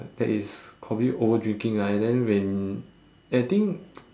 that is probably overdrinking ah and then when and I think